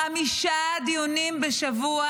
חמישה דיונים בשבוע,